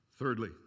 Thirdly